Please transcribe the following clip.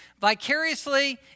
vicariously